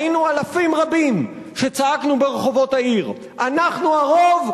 היינו אלפים רבים שצעקנו ברחובות העיר: אנחנו הרוב,